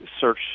search